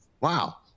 wow